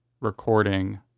recording